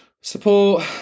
support